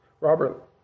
Robert